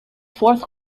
fourth